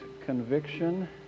conviction